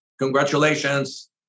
congratulations